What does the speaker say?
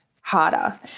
harder